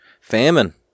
Famine